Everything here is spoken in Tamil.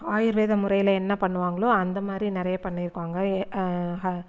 ஆயுர்வேத முறையில் என்ன பண்ணுவாங்களோ அந்த மாதிரி நிறையா பண்ணியிருப்பாங்க